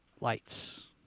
lights